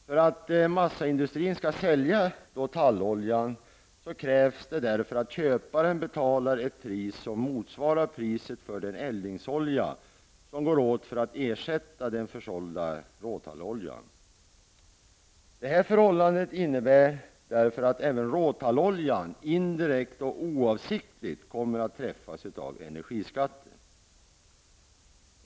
För att massaindustrin skall sälja talloljan krävs det därför att köparen betalar ett pris som motsvarar priset för den eldningsolja som går åt för att ersätta den försålda råtalloljan. Detta förhållande innebär att även råtalloljan indirekt också oavsiktligt kommer att träffas av energiskatt.